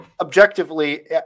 Objectively